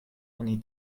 oni